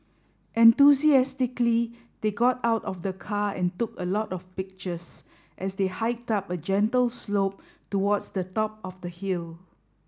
enthusiastically they got out of the car and took a lot of pictures as they hiked up a gentle slope towards the top of the hill